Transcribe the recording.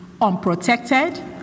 unprotected